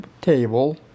table